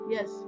Yes